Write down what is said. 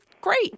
great